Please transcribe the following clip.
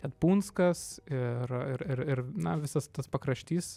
ten punskas ir ir ir na visas tas pakraštys